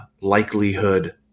likelihood